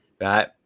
Right